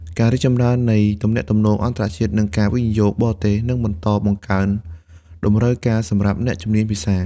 ការរីកចម្រើននៃទំនាក់ទំនងអន្តរជាតិ និងការវិនិយោគបរទេស នឹងបន្តបង្កើនតម្រូវការសម្រាប់អ្នកជំនាញភាសា។